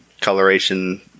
coloration